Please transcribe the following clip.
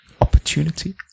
opportunity